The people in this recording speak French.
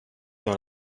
dans